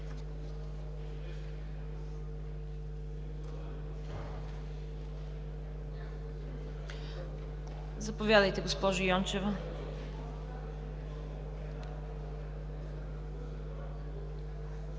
Заповядайте, госпожо Йончева.